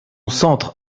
centre